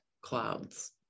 clouds